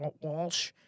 Walsh